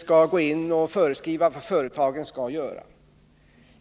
skall gå in och föreskriva vad företagen skall göra.